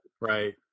right